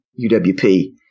UWP